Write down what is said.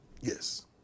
Yes